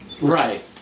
right